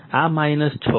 આ 6 છે